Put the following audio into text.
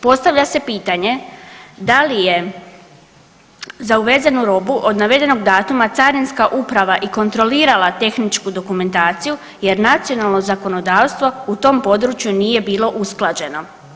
Postavlja se pitanje da li je za uvezenu robu od navedenog datuma carinska uprava i kontrolirala tehničku dokumentaciju jer nacionalno zakonodavstvo u tom području nije bilo usklađeno.